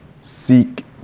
seek